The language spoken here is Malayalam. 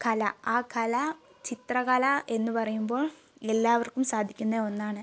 കല ആ കല ചിത്രകല എന്നുപറയുമ്പോൾ എല്ലാവർക്കും സാധിക്കുന്ന ഒന്നാണ്